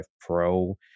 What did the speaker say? Pro